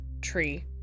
tree